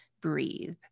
breathe